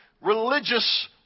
religious